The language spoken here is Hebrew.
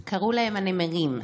קראו להם "הנמרים".